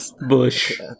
bush